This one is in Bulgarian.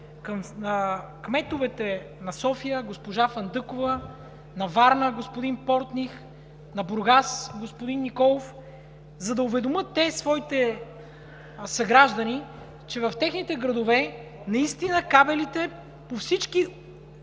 към кметовете на София – госпожа Фандъкова, на Варна – господин Портних, на Бургас – господин Николов, за да уведомят те своите съграждани, че в техните градове кабелите по всички